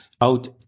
out